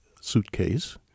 suitcase